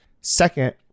Second